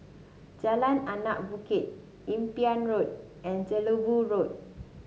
Jalan Anak Bukit Imbiah Road and Jelebu Road